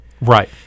Right